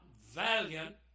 valiant